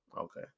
Okay